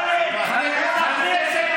ווליד טאהא,